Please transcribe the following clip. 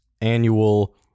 annual